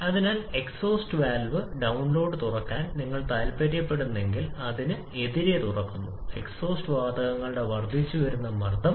അതിനാൽ exhaust valve ഡ download ൺലോഡ് തുറക്കാൻ നിങ്ങൾ താൽപ്പര്യപ്പെടുന്നെങ്കിൽ നമ്മൾ അതിനെതിരെ തുറന്നിരിക്കുന്നു എക്സോസ്റ്റ് വാതകങ്ങളുടെ വർദ്ധിച്ചുവരുന്ന മർദ്ദം